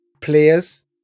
players